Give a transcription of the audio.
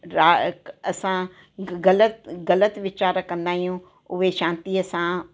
अ असां ग़लति ग़लति वीचार कंदा आहियूं उहे शांतीअ सां